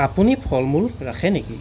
আপুনি ফলমূল ৰাখে নেকি